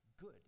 good